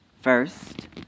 First